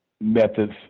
methods